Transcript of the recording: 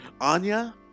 Anya